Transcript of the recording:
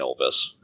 Elvis